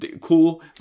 cool